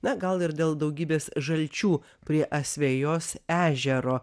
na gal ir dėl daugybės žalčių prie asvejos ežero